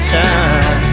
time